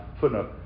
footnote